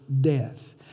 death